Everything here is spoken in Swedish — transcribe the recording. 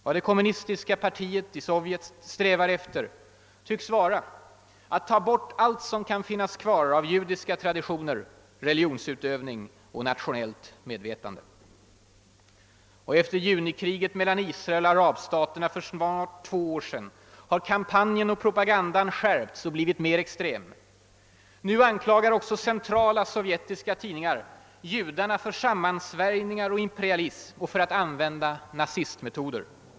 Vad det kommunistiska partiet i Sovjet strävar efter tycks vara att ta bort allt som kan finnas kvar av judiska traditioner, religionsutövning och nationellt medvetande. Efter junikriget mellan Israel och arabstaterna för snart två år sedan har kampanjen och propagandan skärpts och blivit mera extrem. Nu anklagar också de centrala sovjetiska tidningarna judarna för sammansvärjningar och imperialism och för att använda nazistiska metoder.